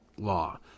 law